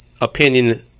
opinion